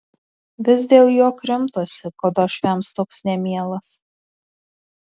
vis dėl jo krimtosi kad uošviams toks nemielas